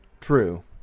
True